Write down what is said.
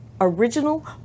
original